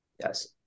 Yes